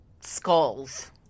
skulls